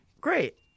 Great